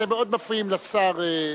אתם מאוד מפריעים לשר סער.